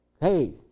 Hey